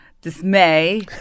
dismay